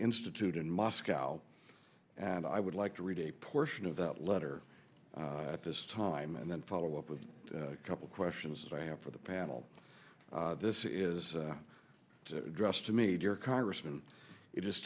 institute in moscow and i would like to read a portion of that letter at this time and then follow up with a couple questions that i have for the panel this is to address to meet your congressman it is